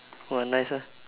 !wah! nice ah